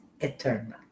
eternal